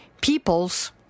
peoples